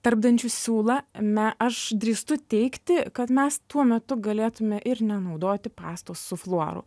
tarpdančių siūlą na aš drįstu teigti kad mes tuo metu galėtume ir nenaudoti pastos su fluoru